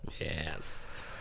Yes